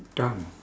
done